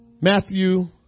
Matthew